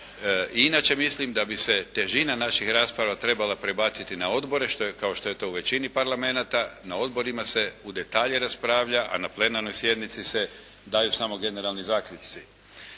I inače mislim da bi se težina naših rasprava trebala prebaciti na odbore kao što je to u većini parlamenata. Na odborima se u detalje raspravlja a na plenarnoj sjednici se daju samo generalni zaključci.